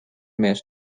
mees